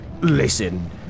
listen